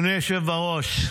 אדוני היושב בראש,